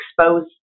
expose